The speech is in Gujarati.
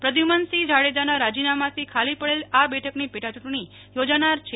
પ્રદ્યુમનસિંહ જાડેજાના રાજીનામાથી ખાલી પડેલ આ બેઠકની પેટાચૂંટણી યોજાનાર છે